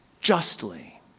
justly